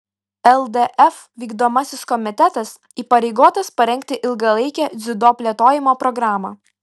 ldf vykdomasis komitetas įpareigotas parengti ilgalaikę dziudo plėtojimo programą